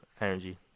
energy